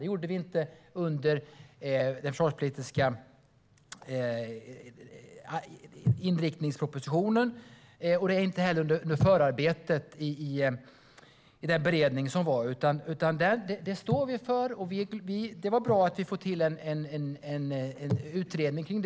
Det var inte tanken med den försvarspolitiska inriktningspropositionen och inte heller med den beredning som föregick den. Det var bra att det tillsattes en utredning.